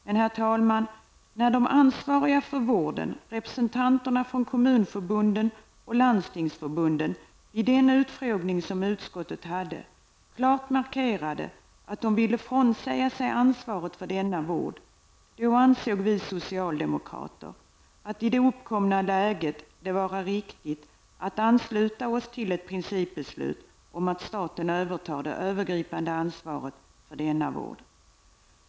Men, herr talman, när de för vården ansvariga, representanterna för kommunförbunden och landstingsförbunden, vid den utfrågning som utskottet hade klart markerade att de ville frånsäga sig ansvaret för denna vård, ansåg vi socialdemokrater att det i det uppkomna läget var riktigt att välja ett principbeslut om att staten tar det övergripande ansvaret för denna vård.